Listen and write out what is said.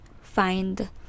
find